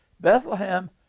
Bethlehem